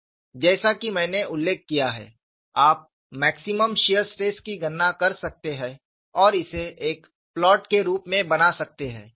जैसा कि मैंने उल्लेख किया है आप मैक्सिमम शियर स्ट्रेस की गणना कर सकते हैं और इसे एक प्लॉट के रूप में बना सकते हैं